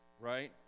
Right